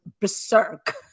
berserk